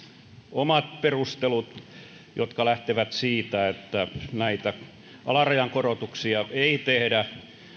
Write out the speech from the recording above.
omat perustelut jotka lähtevät siitä että näitä alarajan korotuksia ei tehdä